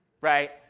right